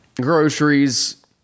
Groceries